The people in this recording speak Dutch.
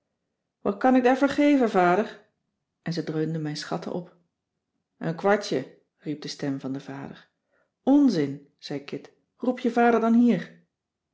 wat kan ik daarvoor geven vader en ze dreunde mijn schatten op een kwartje riep de stem van den vader onzin zei kit roep je vader dan hier